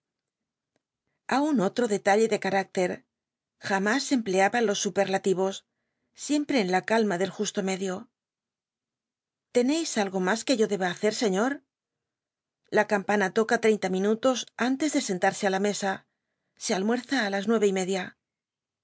aun otro detalle de car klc jam is empleaba los supel'lati os siempre en la alma del justo medio tenéis algo más que yo dtl hacer sriím la campana loca lrcinla minutos antes de sentarse á la mesa se alnhcrza i las mcve y media